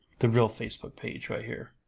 the real facebook page right here,